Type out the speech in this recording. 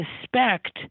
suspect